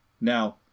now